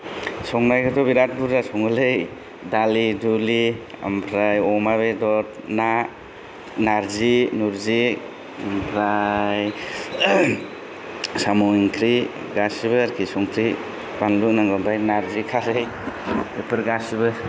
संनायाथ' बिराद बुरजा सङोलै दालि दुलि ओमफ्राय अमा बेदर ना नारिज नुरजि ओमफ्राय साम' ओंख्रि गासिबो आरोखि संख्रि बानलु होनांगौ ओमफ्राय नारजि खारै बेफोर गासिबो